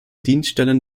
dienststellen